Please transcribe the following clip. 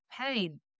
pain